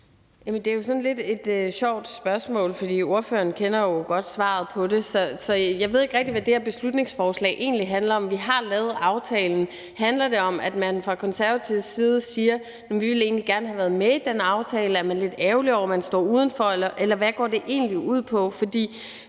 det er sådan lidt et sjovt spørgsmål, for ordføreren kender jo godt svaret på det. Så jeg ved ikke rigtig, hvad det her beslutningsforslag egentlig handler om. Vi har lavet aftalen. Handler det om, at man fra Konservatives side siger, at man egentlig gerne ville have været med i den aftale, og er man lidt ærgerlig over, at man står udenfor, eller hvad går det egentlig ud på?